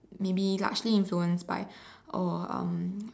maybe largely influenced by oh um